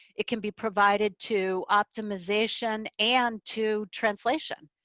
it can be provided to optimization and to translation.